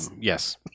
yes